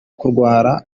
kurwara